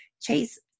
Chase